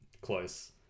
Close